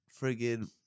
friggin